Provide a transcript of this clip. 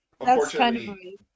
unfortunately